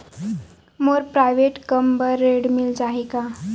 मोर private कम बर ऋण मिल जाही का?